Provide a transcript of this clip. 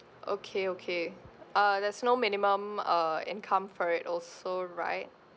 okay okay uh there's no minimum uh income for it also right